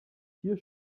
vier